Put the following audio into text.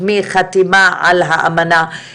נתמקד בהצטרפות ישראל לאמנת איסטנבול למאבק לאלימות כלפי נשים.